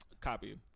Copy